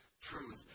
truth